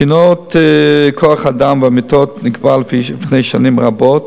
תקינת כוח-האדם והמיטות נקבעה לפני שנים רבות.